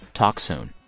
talk soon